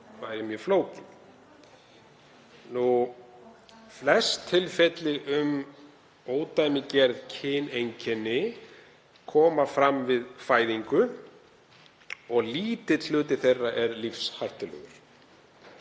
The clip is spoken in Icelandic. væri mjög flókið. Flest tilfelli um ódæmigerð kyneinkenni koma fram við fæðingu og lítill hluti þeirra er lífshættulegur.